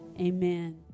Amen